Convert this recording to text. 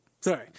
Sorry